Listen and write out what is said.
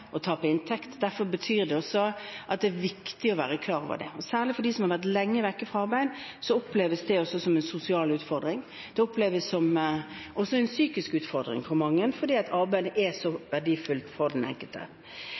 tape inntekt. Det er viktig også å være klar over det. Særlig for dem som har vært lenge borte fra arbeid, oppleves det også som en sosial utfordring. Det oppleves også som en psykisk utfordring for mange, fordi arbeid er så verdifullt for den enkelte.